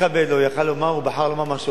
הוא יכול היה לומר, הוא בחר לומר משהו אחר.